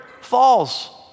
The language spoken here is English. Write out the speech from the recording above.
falls